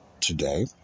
today